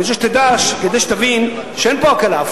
אני רוצה שתדע כדי שתבין שאין פה הקלה,